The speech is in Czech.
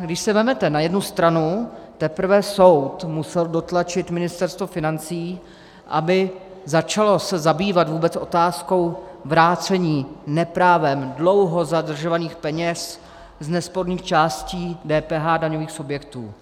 Když si vezmete, na jednu stranu teprve soud musel dotlačit Ministerstvo financí, aby začalo se zabývat vůbec otázkou vrácení neprávem dlouho zadržovaných peněz z nesporných částí DPH daňových subjektů,